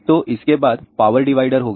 तो इसके बाद पावर डिवाइडर होगा